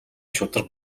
шударга